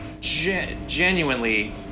genuinely